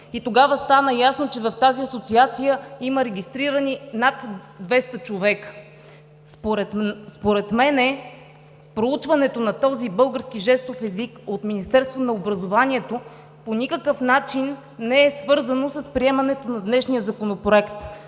и тогава стана ясно, че в тази Асоциация има регистрирани над 200 човека. Според мен проучването на този български жестов език от Министерството на образованието по никакъв начин не е свързано с приемането на днешния Законопроект.